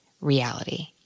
reality